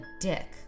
dick